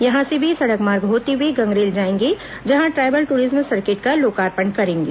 यहां से वे सड़क मार्ग होते हुए गंगरेल जाएंगे जहां ट्रायबल टूरिज्म सर्किट का लोकार्पण करेंगे